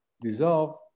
Dissolve